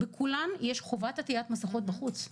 בכולן יש חובת עטיית מסכות בחוץ.